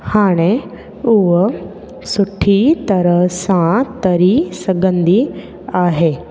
हाणे उहा सुठी तरह सां तरी सघंदी आहे